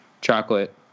chocolate